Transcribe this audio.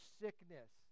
sickness